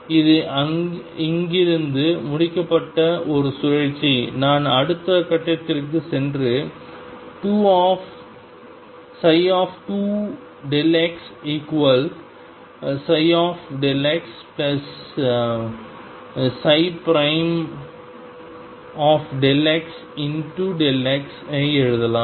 இது இங்கிருந்து முடிக்கப்பட்ட ஒரு சுழற்சி நான் அடுத்த கட்டத்திற்குச் சென்று 2xψxxx ஐ எழுதலாம்